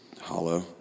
Hollow